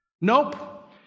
Nope